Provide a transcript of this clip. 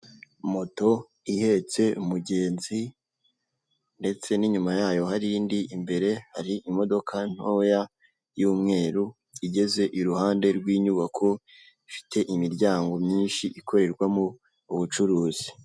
Moto ihetse umugenzi ndetse n'inyuma yayo hari indi imbere hari imodoka ntoya y'umweru igeze iruhande rw'inyubako ifite imiryango myinshi ikorerwamo ubucuruzi.